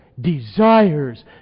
desires